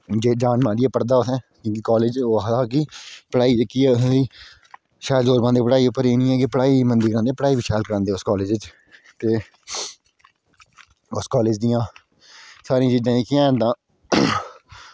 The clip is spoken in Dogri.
जोर लाइयै पढ़दा कॉलेज उत्थें ओह् आक्खदा की पढ़ाई जेह्की शैल करांदे पढ़ाई एह् निं ऐ की मंदी करांदे शैल करांदे पढ़ाई ते उस कॉलेज दि'यां सारियां चीजां न जेह्कियां तां